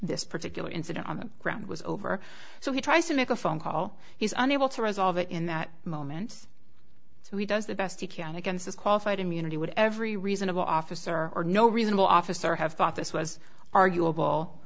this particular incident on the ground was over so he tries to make a phone call he's unable to resolve it in that moment so he does the best he can against his qualified immunity would every reasonable officer or no reasonable officer have thought this was arguable